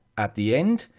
at the end,